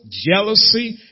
jealousy